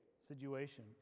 situation